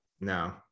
no